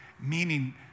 Meaning